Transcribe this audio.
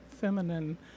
feminine